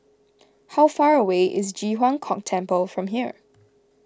how far away is Ji Huang Kok Temple from here